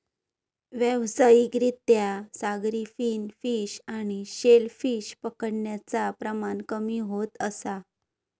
व्यावसायिक रित्या सागरी फिन फिश आणि शेल फिश पकडण्याचा प्रमाण कमी होत असा